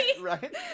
Right